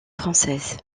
française